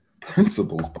principles